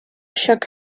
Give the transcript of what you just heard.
shook